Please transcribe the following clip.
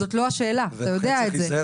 זאת לא השאלה, אתה יודע את זה.